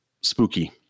spooky